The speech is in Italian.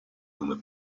come